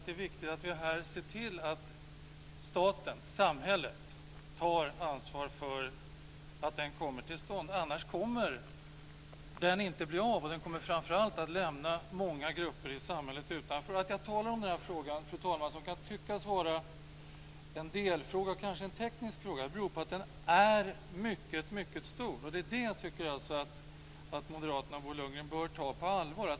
Det är viktigt att staten, samhället, tar ansvar för att den kommer till stånd - annars kommer den inte att bli av, och framför allt kommer den att lämna många grupper i samhället utanför. Att jag talar om den här frågan, fru talman, som kan tyckas vara en delfråga, kanske en teknisk fråga, beror på att den är mycket stor. Det är det jag tycker att Moderaterna och Bo Lundgren bör ta på allvar.